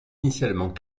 initialement